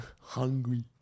Hungry